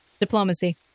Diplomacy